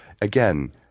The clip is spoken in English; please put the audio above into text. again –